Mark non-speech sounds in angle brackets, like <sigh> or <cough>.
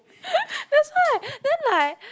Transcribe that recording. <laughs> that's why then like